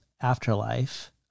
Afterlife